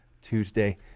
Tuesday